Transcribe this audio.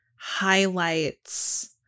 highlights